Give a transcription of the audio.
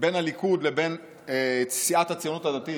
בין הליכוד לבין סיעת הציונות הדתית,